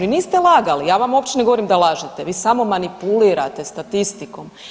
I niste lagali, ja vam uopće ne govorim da lažete, vi samo manipulirate statistikom.